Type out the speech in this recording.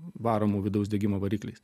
varomų vidaus degimo varikliais